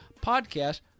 podcast